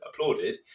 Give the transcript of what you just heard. applauded